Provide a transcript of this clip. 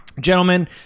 Gentlemen